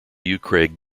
craig